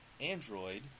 android